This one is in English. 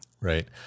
Right